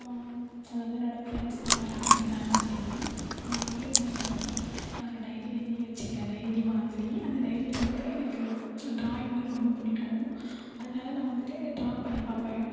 அதாவது என்னோடய ஃப்ரெண்ட்ஸ்லாம் வராமல் இருந்தாங்க அப்படின்னா நான் வந்துட்டு என்ன பண்ணுவேன்னா நான் ஒரு டைரி எழுதி வச்சிருக்கேன் டைரி மாதிரி அந்த டைரியில வந்துட்டு எனக்கு ட்ராயிங்னால் ரொம்ப பிடிக்கும் அதனால நான் வந்துட்டு ட்ரா பண்ணிப்பார்ப்பேன்